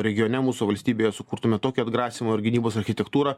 regione mūsų valstybėje sukurtume tokią atgrasymo ir gynybos architektūrą